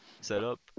setup